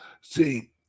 see